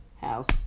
House